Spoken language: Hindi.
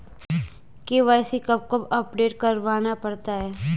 के.वाई.सी कब कब अपडेट करवाना पड़ता है?